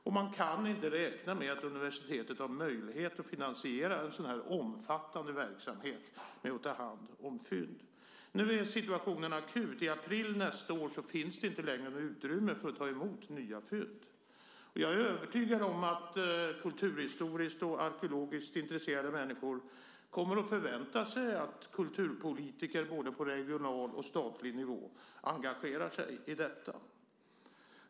Vi kan därför inte räkna med att universitetet har möjligheter att finansiera den omfattande verksamheten med att ta hand om fynd. Nu är situationen akut. I april nästa år finns inte längre något utrymme för att ta emot nya fynd. Jag är övertygad om att kulturhistoriskt och arkeologiskt intresserade människor förväntar sig att kulturpolitiker på både regional och statlig nivå engagerar sig i detta.